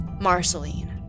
Marceline